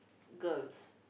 girls